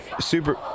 super